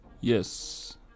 yes